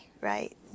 right